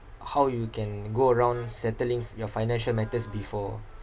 how you can go around settling f~ your financial matters before